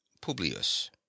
publius